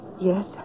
Yes